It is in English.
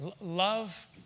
love